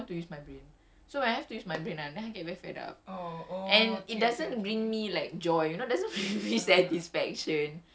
so for me the thing is that like kalau stuff that is not a lindy end I don't want to use my brain so I have to use my brain after and then I get very fed up